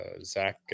Zach